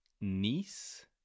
niece